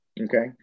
Okay